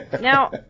Now